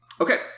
Okay